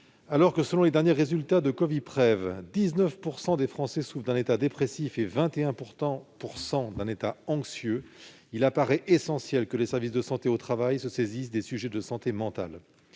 Alors que, selon les derniers résultats de CoviPrev, 19 % des Français souffrent d'un état dépressif et 21 % d'un état anxieux, il paraît essentiel que les services de prévention et de santé au travail se saisissent des sujets de santé mentale.